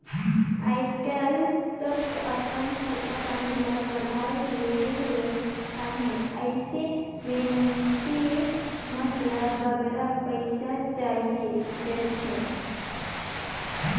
आएज काएल सब अपन खरचा पानी ल बढ़ाए लेहिन अहें अइसे में मइनसे मन ल बगरा पइसा चाहिए रहथे